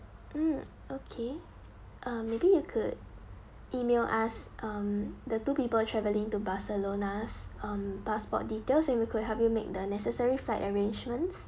mm okay um maybe you could email us um the two people travelling to barcelona's um passport details and we could help you make the necessary flight arrangements